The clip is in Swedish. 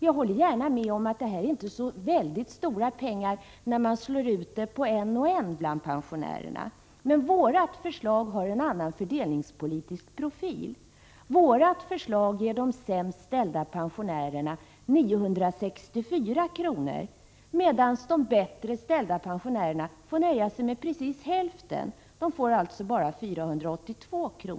Jag håller med om att detta inte är så mycket pengar när det slås ut på var och en av pensionärerna, men vpk:s förslag har en annan fördelningspolitisk profil. Det ger de sämst ställda pensionärerna 964 kr., medan de bättre ställda pensionärerna får nöja sig med precis hälften, dvs. bara 482 kr.